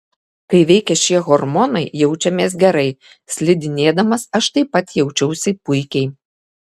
kai veikia šie hormonai jaučiamės gerai slidinėdamas aš taip pat jaučiausi puikiai